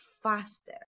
faster